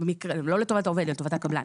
לטובת הקבלן.